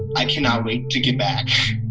i cannot wait to get back.